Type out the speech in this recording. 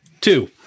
two